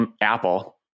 Apple